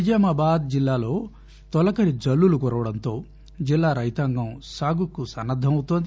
నిజామాబాద్ జిల్లాలో తొలకరి జల్లులు కురవడంతో జిల్లా రైతాంగం సాగుకు సన్నద్దమవుతోంది